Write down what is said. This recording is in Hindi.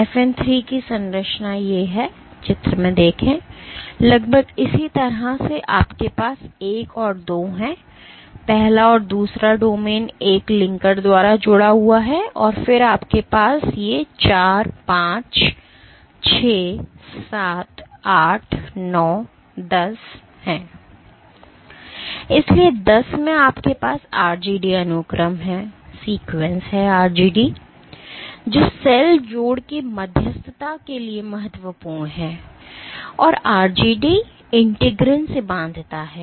तो FN 3 की संरचना है लगभग इसी तरह से आपके पास 1 और 2 है पहला और दूसरा डोमेन एक लिंकर द्वारा जुड़ा हुआ है और फिर आपके पास ये 4 5 6 7 8 9 10 हैं इसलिए 10 में आपके पास RGD अनुक्रम है जो सेल जोड़ की मध्यस्थता के लिए महत्वपूर्ण है और RGD इंटीग्रिन से बांधता है